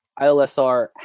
ILSR